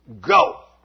Go